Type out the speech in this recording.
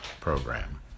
program